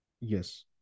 Yes